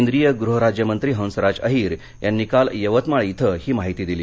केंद्रीय गृहराज्यमंत्री हंसराज अहीर यांनी काल यवतमाळ इथं ही माहिती दिली